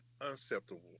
unacceptable